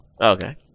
Okay